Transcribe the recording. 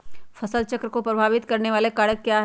फसल चक्र को प्रभावित करने वाले कारक क्या है?